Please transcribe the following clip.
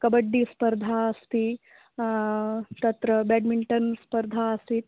कब्बड्डिस्पर्धा अस्ति तत्र बेड्मेण्टन् स्पर्धा आसीत्